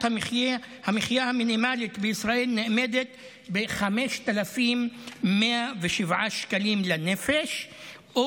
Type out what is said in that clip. המחיה המינימלית בישראל נאמדת ב-5,107 שקלים לנפש או